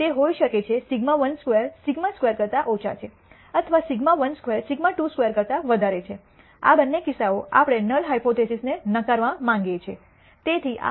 તે હોઈ શકે છે σ12 σ 2 કરતા ઓછા છે અથવા σ12 σ22 કરતા વધારે છે બંને કિસ્સાઓ આપણે નલ હાયપોથીસિસને નકારવા માંગીએ છીએ